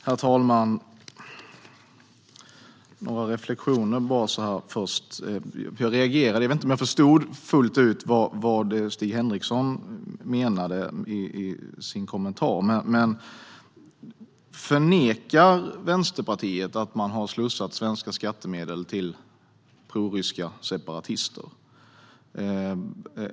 Herr talman! Först har jag några reflektioner. Jag vet inte om jag förstod fullt ut vad Stig Henriksson menade i sin kommentar. Förnekar Vänsterpartiet att man har slussat svenska skattemedel till proryska separatister?